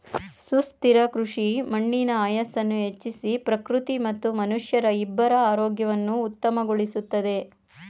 ಸುಸ್ಥಿರ ಕೃಷಿ ಮಣ್ಣಿನ ಆಯಸ್ಸನ್ನು ಹೆಚ್ಚಿಸಿ ಪ್ರಕೃತಿ ಮತ್ತು ಮನುಷ್ಯರ ಇಬ್ಬರ ಆರೋಗ್ಯವನ್ನು ಉತ್ತಮಗೊಳಿಸುತ್ತದೆ